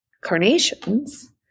carnations